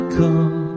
come